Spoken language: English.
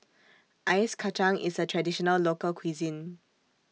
Ice Kachang IS A Traditional Local Cuisine